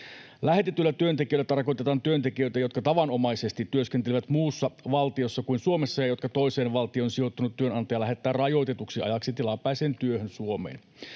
Lähetetyillä työntekijöillä tarkoitetaan työntekijöitä, jotka tavanomaisesti työskentelevät muussa valtiossa kuin Suomessa ja jotka toiseen valtioon sijoittunut työnantaja lähettää rajoitetuksi ajaksi tilapäiseen työhön Suomeen.